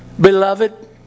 Beloved